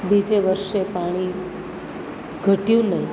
બીજે વર્ષે પાણી ઘટ્યું નહીં